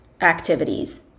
activities